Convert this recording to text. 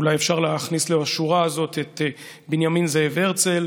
אולי אפשר להכניס לשורה הזאת את בנימין זאב הרצל,